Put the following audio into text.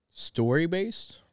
Story-based